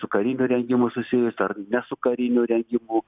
su kariniu rengimu susijusių ar ne su kariniu rengimu